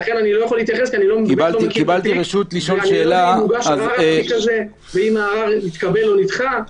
אני לא יודע אם הוגש ערר על התיק הזה ואם הערר התקבל או נדחה.